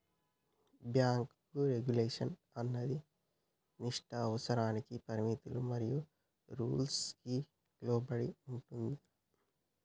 bank regulation అన్నది నిర్దిష్ట అవసరాలకి పరిమితులు మరియు రూల్స్ కి లోబడి ఉంటుందిరా